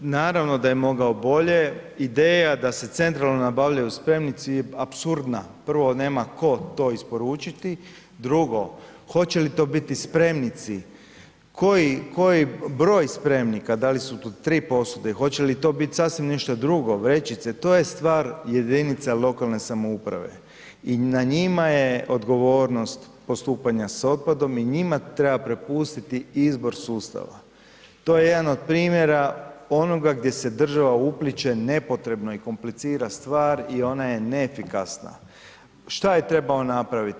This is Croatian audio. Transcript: Naravno da je mogao bolje, ideja da se centralno nabavljaju spremnici je apsurdna, prva nema tko to isporučiti, drugo hoće li to biti spremnici koji, koji, broj spremnika, da li su to 3 posude i hoće li to bit sasvim nešto drugo, vrećice, to je stvar jedinica lokalne samouprave i na njima je odgovornost postupanja s otpadom i njima treba prepustiti izbor sustava, to je jedan od primjera onoga gdje se država upliće nepotrebno i komplicira stvar i ona je neefikasna, šta je trebao napraviti?